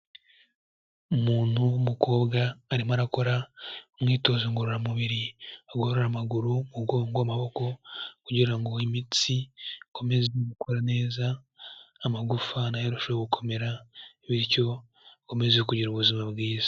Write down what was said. Umuntu w'umukobwa arimo arakora imyitozo ngororamubiri agorora amaguru, umugongo, amaboko kugira ngo imitsi i komeze gukora neza amagufa nayo arusheho gukomera bityo akomeze kugira ubuzima bwiza.